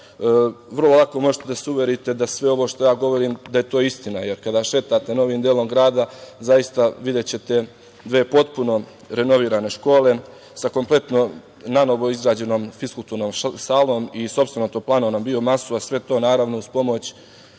vrlo lako možete da se uverite da sve ovo što ja govorim da je to istina, jer kada šetate novim delom grada, zaista videćete dve potpuno renovirane škole, sa kompletno nanovo izgrađenom fiskulturnom salom i sopstvenom toplanom na biomasu, a sve to naravno uz pomoć